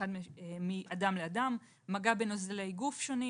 מאדם לאדם, מגע בנוזלי גוף שונים